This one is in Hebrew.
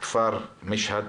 בכפר משהד: